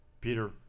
Peter